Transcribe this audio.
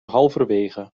halverwege